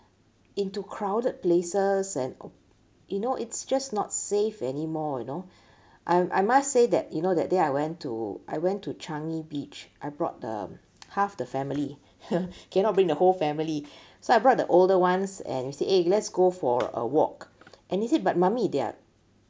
into crowded places and you know it's just not safe anymore you know I I must say that you know that day I went to I went to changi beach I brought the half the family cannot bring the whole family so I brought the older ones and we say eh let's go for a walk and they said but mummy there're